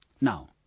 Now